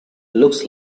looks